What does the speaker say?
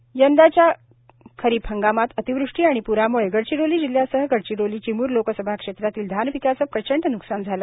अशोक नेते यंदाच्या खरीप हंगामात अतिवृष्टी आणि पूराम्ळे गडचिरोली जिल्ह्यासह गडचिरोली चिमूर लोकसभा क्षेत्रातील धानपिकाचे प्रचंड न्कसान झाले